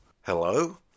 Hello